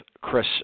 Chris